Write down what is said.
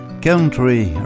Country